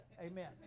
Amen